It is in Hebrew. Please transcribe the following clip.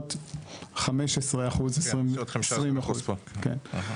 בסביבות 15%, 20%. כן.